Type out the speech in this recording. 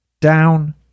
down